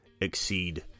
exceed